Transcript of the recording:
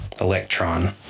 electron